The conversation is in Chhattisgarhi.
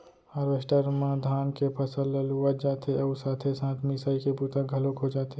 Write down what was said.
हारवेस्टर म धान के फसल ल लुवत जाथे अउ साथे साथ मिसाई के बूता घलोक हो जाथे